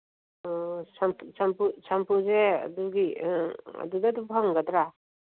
ꯑꯣ ꯁꯝꯄꯨꯁꯦ ꯑꯗꯨꯒꯤ ꯑꯗꯨꯗ ꯑꯗꯨꯝ ꯐꯪꯒꯗ꯭ꯔꯥ